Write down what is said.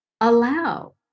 Allow